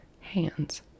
hands